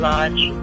Lodge